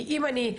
אם אני,